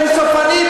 הוא סופני,